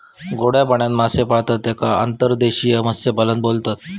गोड्या पाण्यात मासे पाळतत तेका अंतर्देशीय मत्स्यपालन बोलतत